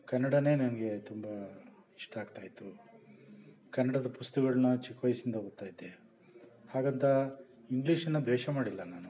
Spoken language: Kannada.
ಕನ್ನಡ ನನಗೆ ತುಂಬ ಇಷ್ಟ ಆಗ್ತಾಯಿತ್ತು ಕನ್ನಡದ ಪುಸ್ತಕಗಳ್ನ ಚಿಕ್ಕ ವಯಸ್ಸಿಂದ ಓದ್ತಾಯಿದ್ದೆ ಹಾಗಂತ ಇಂಗ್ಲೀಷನ್ನು ದ್ವೇಷ ಮಾಡಿಲ್ಲ ನಾನು